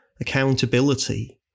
accountability